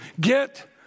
Get